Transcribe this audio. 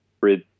read